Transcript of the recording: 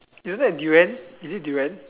isn't that durian is it durian